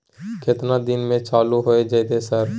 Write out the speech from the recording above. केतना दिन में चालू होय जेतै सर?